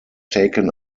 taken